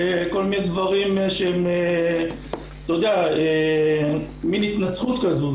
זו מין התנצחות כזו.